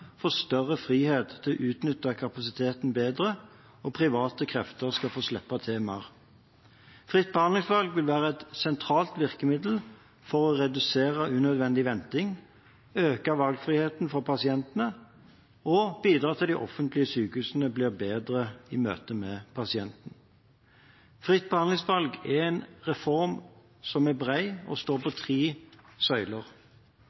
større frihet til å utnytte kapasiteten bedre, og private krefter skal få slippe til mer. Fritt behandlingsvalg vil være et sentralt virkemiddel for å redusere unødvendig venting, øke valgfriheten for pasientene og bidra til at de offentlige sykehusene blir bedre i møte med pasientene. Fritt behandlingsvalg er en reform som er bred og står på tre søyler: